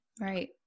Right